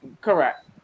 Correct